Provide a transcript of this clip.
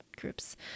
groups